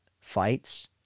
fights